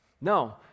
No